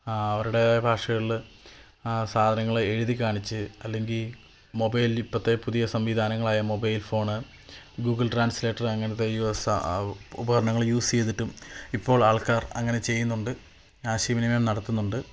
അവരുടേതായ ഭാഷകളില് സാധനങ്ങള് എഴുതി കാണിച്ച് അല്ലെങ്കിൽ മൊബൈലിൽ ഇപ്പത്തെ പുതിയ സംവിധാനങ്ങളായ മൊബൈല് ഫോണ് ഗൂഗിള് ട്രാന്സ്ലേറ്റര് അങ്ങനത്തെ യൂസ് ആ ഉപകരണങ്ങള് യൂസ് ചെയ്തിട്ടും ഇപ്പോള് ആള്ക്കാര് അങ്ങനെ ചെയ്യുന്നുണ്ട് ആശയവിനിമയം നടത്തുന്നുണ്ട്